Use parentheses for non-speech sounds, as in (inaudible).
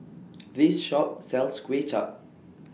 (noise) This Shop sells Kuay Chap